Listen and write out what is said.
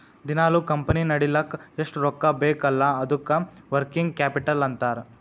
ದಿನಾಲೂ ಕಂಪನಿ ನಡಿಲ್ಲಕ್ ಎಷ್ಟ ರೊಕ್ಕಾ ಬೇಕ್ ಅಲ್ಲಾ ಅದ್ದುಕ ವರ್ಕಿಂಗ್ ಕ್ಯಾಪಿಟಲ್ ಅಂತಾರ್